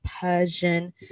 Persian